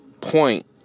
point